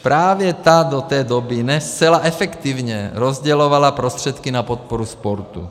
Právě ta do té doby ne zcela efektivně rozdělovala prostředky na podporu sportu.